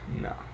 No